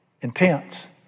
intense